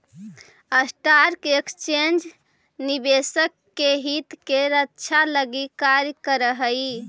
stock exchange निवेशक के हित के रक्षा लगी कार्य करऽ हइ